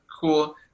cool